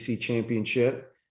championship